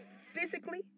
physically